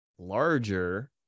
larger